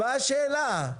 מה השאלה?